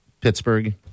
Pittsburgh